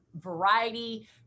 variety